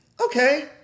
Okay